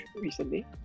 recently